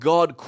God